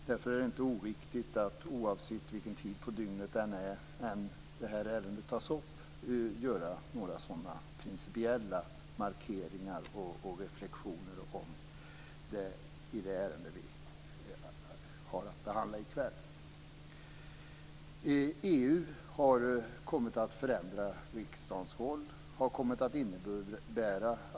Därför är det inte oviktigt, oavsett vilken tid på dygnet det här ärendet tas upp, att göra några sådana principiella markeringar och reflexioner i det ärende vi har att behandla i kväll. EU har kommit att förändra riksdagens roll.